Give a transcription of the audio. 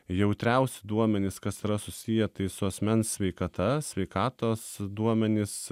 jautriausi duomenys kas yra susiję tai su asmens sveikata sveikatos duomenys